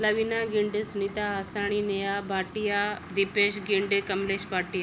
Lavina Gindis Sunita Asani Neha Bhatia Deepesh Ginde Kamlesh पाटी